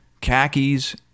khakis